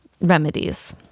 remedies